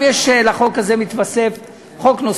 לחוק הזה מתווסף חוק.